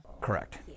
Correct